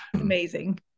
amazing